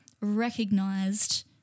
recognized